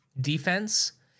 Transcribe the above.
defense